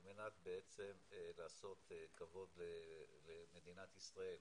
על מנת לעשות כבוד למדינת ישראל.